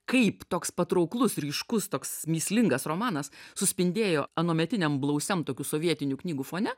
kaip toks patrauklus ryškus toks mįslingas romanas suspindėjo anuometiniam blausiam tokių sovietinių knygų fone